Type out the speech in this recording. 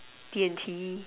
D_and_T